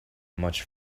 much